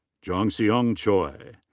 jongseong choi.